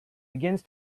begins